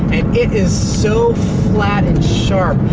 it is so flat and sharp.